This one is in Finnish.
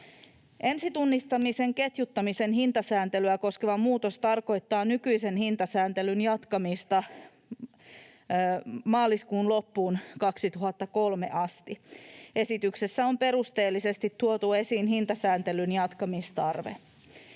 Ensitunnistamisen ketjuttamisen hintasääntelyä koskeva muutos tarkoittaa nykyisen hintasääntelyn jatkamista maaliskuun loppuun 2023 asti. Esityksessä on perusteellisesti tuotu esiin hintasääntelyn jatkamistarve.